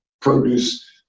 produce